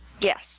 Yes